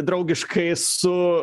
draugiškai su